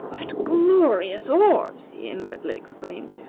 what glorious orbs! he inwardly exclaimed.